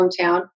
hometown